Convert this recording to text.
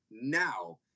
Now